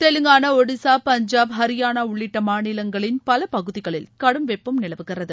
தெலங்கானா ஒடிசா பஞ்சாப் ஹரியானா உள்ளிட்ட மாநிலங்களின் பல பகுதிகளில் கடும் வெப்பம் நிலவுகிறது